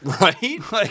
Right